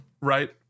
right